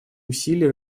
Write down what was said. усилия